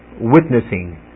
Witnessing